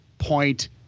point